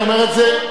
אני אומר את זה,